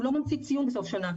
הוא לא ממציא ציון סוף שנה,